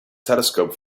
telescope